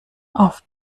auf